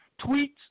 Tweets